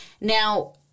Now